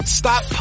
stop